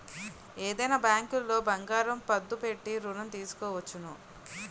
ఏదైనా బ్యాంకులో బంగారం పద్దు పెట్టి ఋణం తీసుకోవచ్చును